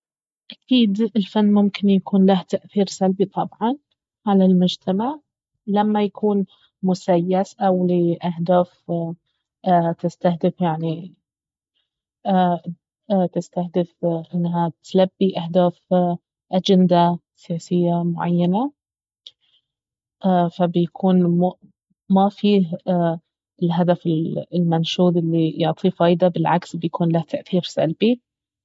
اكيد الفن ممكن يكون له تاثير سلبي طبعا على المجتمع لما يكون مسيس او لاهداف تستهدف يعني تستهدف انها تلبي اهداف اجندة سياسية معينة فبيكون ما فيه الهدف ال المنشود الي يعطيه فايدة بالعكس بيكون له تاثير سلبي